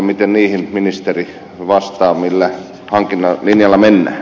miten ministeri vastaa millä hankintalinjalla mennään